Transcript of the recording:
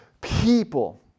people